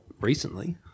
recently